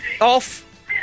Off